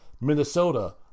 Minnesota